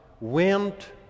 went